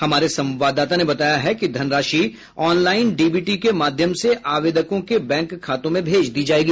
हमारे संवाददाता ने बताया है कि धनराशि ऑनलाइन डीबीटी के माध्यम से आवेदकों के बैंक खातों में भेज दी जाएगी